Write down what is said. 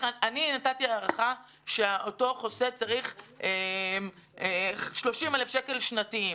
אני נתתי הערכה שאותו חוסה צריך 30,000 שקל בשנה,